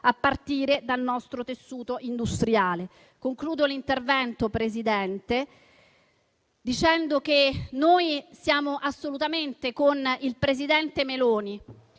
a partire dal nostro tessuto industriale. Concludo l'intervento, Presidente, dicendo che siamo assolutamente con il presidente Meloni